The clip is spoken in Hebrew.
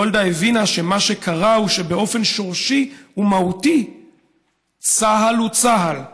גולדה הבינה שמה שקרה הוא שבאופן שורשי ומהותי צה"ל הוא צה"ל,